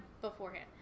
beforehand